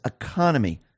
economy